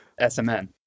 SMN